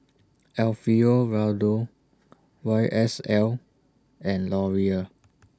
Alfio Raldo Y S L and Laurier